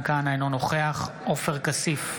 אינו נוכח עופר כסיף,